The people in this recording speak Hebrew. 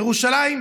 בניי,